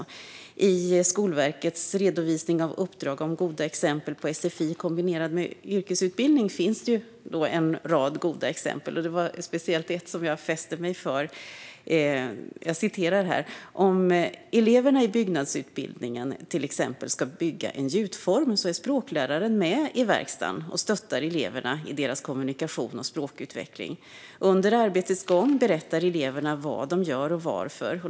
I Skolverkets redovisning av uppdrag om goda exempel på sfi kombinerad med yrkesutbildning finns det en rad goda exempel. Det var speciellt ett som jag fäste mig vid. Där står det: Om eleverna i byggnadsutbildningen till exempel ska bygga en gjutform är språkläraren med i verkstaden och stöttar eleverna i deras kommunikation och språkutveckling. Under arbetets gång berättar eleverna vad de gör och varför.